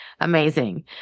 amazing